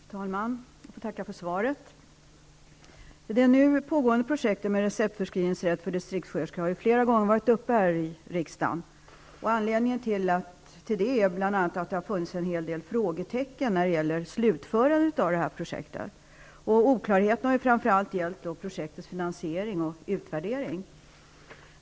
Fru talman! Jag ber att få tacka för svaret. Det nu pågående projektet med receptförskrivningsrätt för distriktssköterskor har ju flera gånger varit uppe i riksdagen. Anledningen är ju bl.a. den att det har funnits en hel del frågetecken när det gäller slutförandet av projektet. Oklarheten har framför allt gällt projektets finansiering och utvärdering.